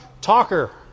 talker